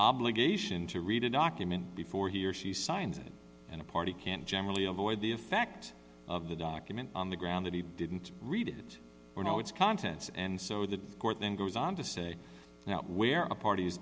obligation to read a document before he or she signs it and a party can generally avoid the effect of the document on the ground that he didn't read it or know its contents and so the court then goes on to say now where a part